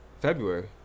february